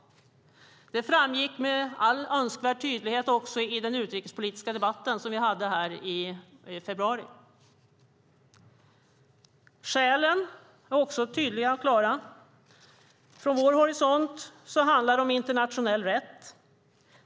Det framgick med all önskvärd tydlighet också i den utrikespolitiska debatten i februari. Skälen är också tydliga och klara. Från vår horisont handlar det om internationell rätt.